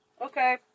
Okay